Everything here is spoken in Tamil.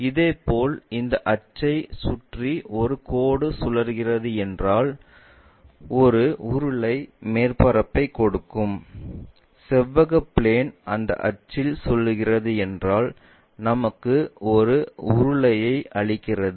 இதேபோல் இந்த அச்சைச் சுற்றி ஒரு கோடு சுழல்கிறது என்றாள் ஒரு உருளை மேற்பரப்பைக் கொடுக்கும் செவ்வக பிளேன் அந்த அச்சில் சுழல்கிறது என்றாள் நமக்கு ஒரு உருளையை அளிக்கிறது